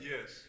Yes